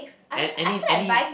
an~ any any